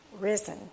risen